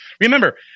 remember